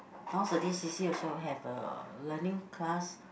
nowadays C_C also have a learning class